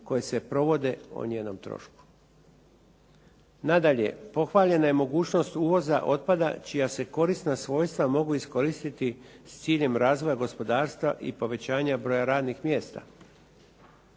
koje se provode o njenom trošku. Nadalje, pohvaljena je mogućnost uvoza otpada čija se korisna svojstva mogu iskoristiti s ciljem razvoja gospodarstva i povećanja broja radnih mjesta.